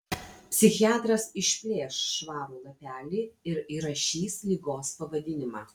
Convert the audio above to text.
psichiatras išplėš švarų lapelį ir įrašys ligos pavadinimą